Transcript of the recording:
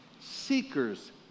Seekers